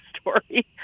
story